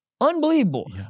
Unbelievable